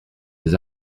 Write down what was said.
les